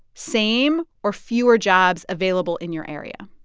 same or fewer jobs available in your area?